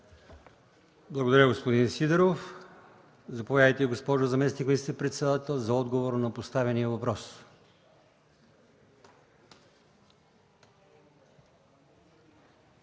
Благодаря, господин Сидеров. Заповядайте, госпожо заместник министър-председател за отговор на поставения въпрос.